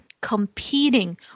competing